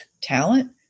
talent